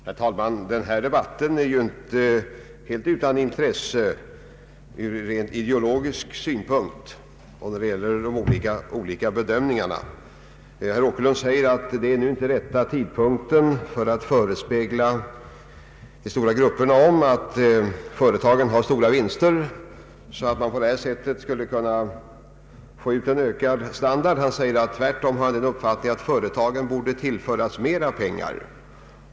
Herr talman! Denna debatt är ju inte helt utan intresse från rent ideologisk synpunkt mot bakgrunden av de olika bedömningarna. Herr Åkerlund säger att det inte är rätt tidpunkt att förespegla de stora grupperna att företagen har stora vinster så att man på detta sätt skulle kunna få ut en ökad standard. Han säger att han tvärtom har den uppfattningen att företagen borde tillföras mera pengar.